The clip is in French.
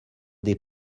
des